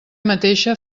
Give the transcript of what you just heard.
mateixa